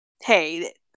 hey